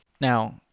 Now